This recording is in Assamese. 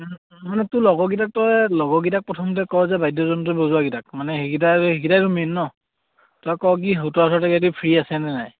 লগৰকেইটাক তই লগৰকেইটাক প্ৰথমতে কওঁ যে বাদ্যযন্ত্ৰ বজোৱাকেইটাক মানে সেইকিটা সেইকেইটাইতটো মেইন ন তই ফ্ৰী আছেনে নাই